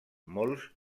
molts